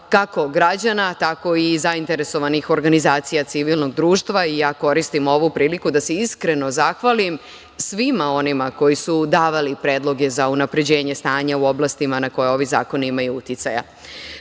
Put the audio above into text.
kako građana, tako i zainteresovanih organizacija civilnog društva. Ja koristim ovu priliku da se iskreno zahvalim svima onima koji su davali predloge za unapređenje stanja u oblastima na koje ovi zakoni imaju uticaja. Posebno